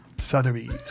Sotheby's